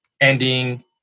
ending